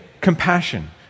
compassion